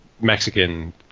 Mexican